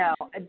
No